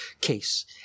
case